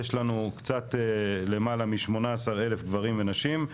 יש לנו קצת למעלה מ-18,000 גברים ונשים.